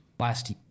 last